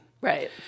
Right